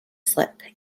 slip